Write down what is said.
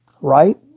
Right